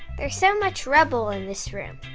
there's so much rubble in this room.